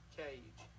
cage